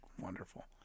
wonderful